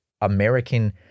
American